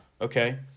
Okay